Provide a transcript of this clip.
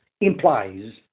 implies